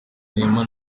neema